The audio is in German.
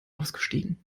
ausgestiegen